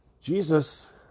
Jesus